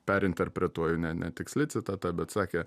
perinterpretuoju ne netiksli citata bet sakė